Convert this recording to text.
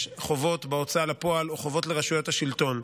חובות בהוצאה לפועל או חובות לרשויות השלטון.